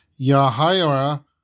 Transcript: Yahaira